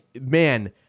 Man